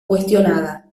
cuestionada